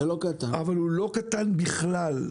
אבל הוא לא קטן בכלל.